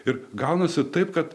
ir gaunasi taip kad